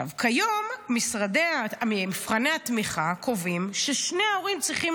כיום מבחני התמיכה קובעים ששני ההורים צריכים